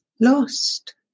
Lost